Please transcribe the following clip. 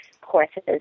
courses